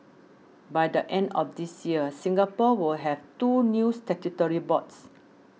by the end of this year Singapore will have two new statutory boards